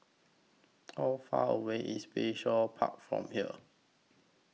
How Far away IS Bayshore Park from here